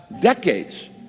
decades